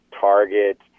Target